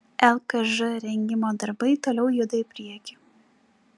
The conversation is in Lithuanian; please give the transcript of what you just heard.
lkž rengimo darbai toliau juda į priekį